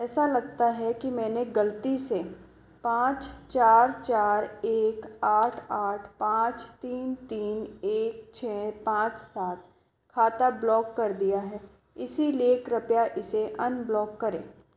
ऐसा लगता है कि मैंने गलती से पाँच चार चार एक आठ आठ पाँच तीन तीन एक छः पाँच सात खाता ब्लॉक कर दिया है इसलिए कृपया इसे अनब्लॉक करें